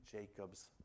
Jacob's